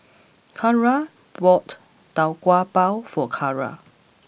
Kyara bought Tau Kwa Pau for Kyara